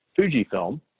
Fujifilm